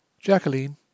Jacqueline